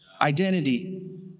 Identity